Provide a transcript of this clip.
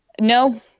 No